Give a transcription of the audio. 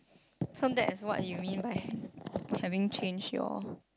so that's what you mean by having changed your